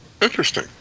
Interesting